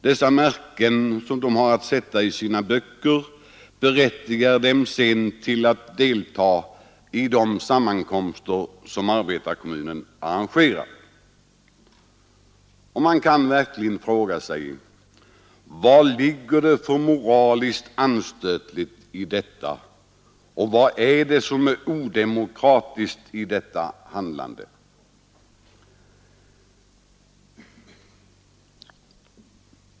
Dessa märken som medlemmarna har att sätta i sina böcker berättigar dem sedan till att delta i de sammankomster som arbetarkommunen arrangerar. Man kan verkligen fråga sig vad det ligger för moraliskt anstötligt i detta och vad det är som är odemokratiskt i detta handlande.